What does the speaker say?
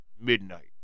midnight